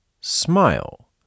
smile